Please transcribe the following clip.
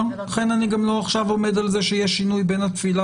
לכן אני גם לא עכשיו עומד על זה שיהיה שינוי בין התפילה